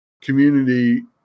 community